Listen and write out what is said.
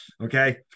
Okay